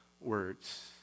words